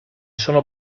sono